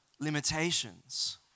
limitations